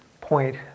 point